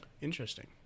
Interesting